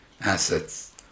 assets